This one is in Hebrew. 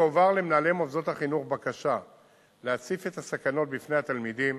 תועבר למנהלי מוסדות החינוך בקשה להציף את הסכנות בפני התלמידים,